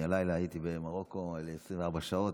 הלילה הייתי במרוקו ל-24 שעות,